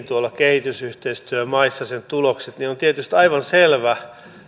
tuolla kehitysyhteistyömaissa niin on tietysti aivan selvää